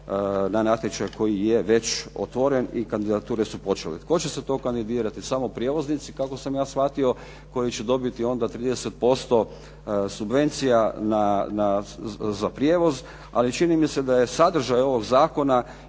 na natječaj koji je već otvoren i kandidature su počele. Tko će se to kandidirati, samo prijevoznici kako sam ja shvatio koji će dobiti onda 30% subvencija za prijevoz. Ali čini mi se da je sadržaj ovog zakona